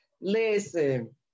Listen